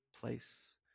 place